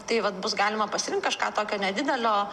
tai vat bus galima pasirink kažką tokio nedidelio